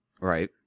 right